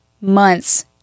months